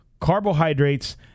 carbohydrates